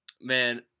man